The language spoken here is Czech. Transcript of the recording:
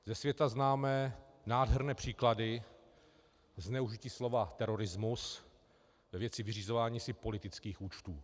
Ze světa známe nádherné příklady zneužití slova terorismus ve věci vyřizování si politických účtů.